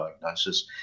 diagnosis